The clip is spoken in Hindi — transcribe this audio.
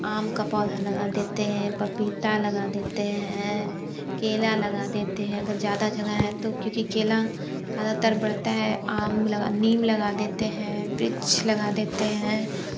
आम का पौधा लगा देते हैं पपीता लगा देते हैं केला लगा देते हैं अगर ज्यादा जगह है तो क्योंकि केला लगातार बढ़ता है आम लगा नीम लगा देते हैं वृक्ष लगा देते हैं